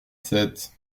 sept